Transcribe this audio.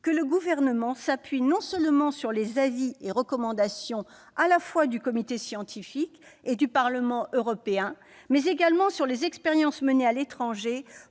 que le Gouvernement s'appuie, non seulement sur les avis et recommandations du comité scientifique et du Parlement européen, mais également sur les expériences menées à l'étranger,